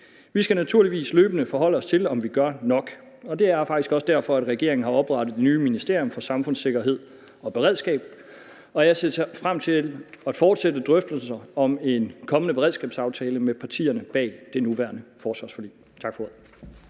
skal naturligvis løbende forholde os til, om vi gør nok. Det er faktisk også derfor, at regeringen har oprettet det nye Ministerie for Samfundssikkerhed og Beredskab, og jeg ser frem til at fortsætte drøftelserne om en kommende beredskabsaftale med partierne bag det nuværende forsvarsforlig. Tak for ordet.